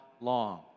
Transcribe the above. long